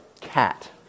cat